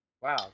Wow